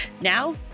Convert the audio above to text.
Now